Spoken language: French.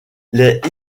les